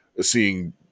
seeing